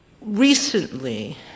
Recently